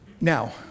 Now